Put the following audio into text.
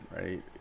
right